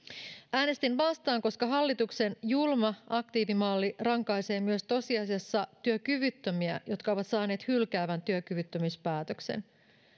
äänestin vastaan koska hallituksen julma aktiivimalli rankaisee myös tosiasiassa työkyvyttömiä jotka ovat saaneet hylkäävän työkyvyttömyyspäätöksen